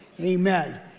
Amen